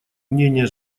мнения